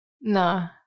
no